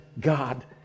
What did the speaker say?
God